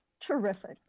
terrific